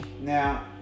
Now